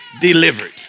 delivered